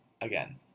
again